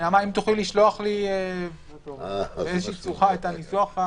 נעמה, האם תוכלי לשלוח לי באיזה צורה את הניסוח?